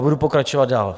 Budu pokračovat dál.